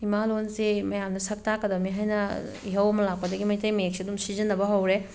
ꯏꯃꯥ ꯂꯣꯜꯁꯦ ꯃꯌꯥꯝꯅ ꯁꯛ ꯇꯥꯛꯀꯗꯃꯦ ꯍꯥꯏꯅ ꯏꯍꯧ ꯑꯃ ꯂꯥꯛꯄꯗꯒꯤ ꯃꯩꯇꯩ ꯃꯌꯦꯛꯁꯦ ꯑꯗꯨꯝ ꯁꯤꯖꯤꯟꯅꯕ ꯍꯧꯔꯦ